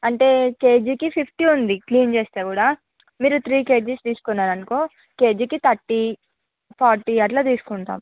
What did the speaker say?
అంటే కేజీకి ఫిఫ్టీ ఉంది క్లీన్ చేస్తే కూడా మీరు త్రీ కేజీస్ తీసుకున్నారానుకో కేజీకి థర్టీ ఫార్టీ అట్లా తీసుకుంటాము